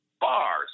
bars